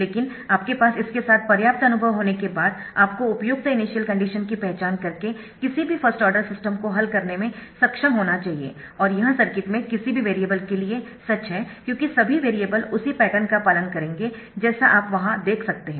लेकिन आपके पास इसके साथ पर्याप्त अनुभव होने के बाद आपको उपयुक्त इनिशियल कंडीशन की पहचान करके किसी भी फर्स्ट ऑर्डर सिस्टम को हल करने में सक्षम होना चाहिए और यह सर्किट में किसी भी वेरिएबल के लिए सच है क्योंकि सभी वेरिएबल उसी पैटर्न का पालन करेंगे जैसा आप वहां पर देख सकते है